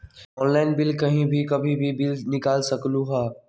Online bill जमा कहीं भी कभी भी बिल निकाल सकलहु ह?